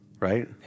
Right